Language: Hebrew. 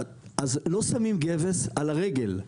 אז לא שמים גבס על הרגל.